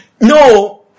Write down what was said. No